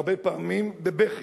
הרבה פעמים, בבכי,